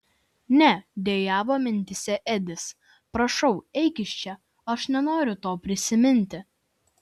ne dejavo mintyse edis prašau eik iš čia aš nenoriu to prisiminti